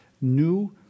new